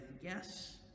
yes